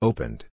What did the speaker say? Opened